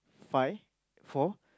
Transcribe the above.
five four